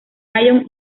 lyon